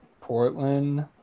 Portland